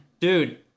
Dude